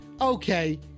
Okay